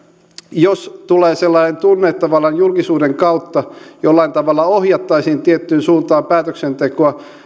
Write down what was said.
jos tulee sellainen tunne että tavallaan julkisuuden kautta jollain tavalla ohjattaisiin tiettyyn suuntaan päätöksentekoa